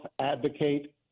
advocate